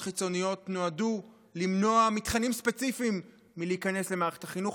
חיצוניות נועדו למנוע מתכנים ספציפיים להיכנס למערכת החינוך,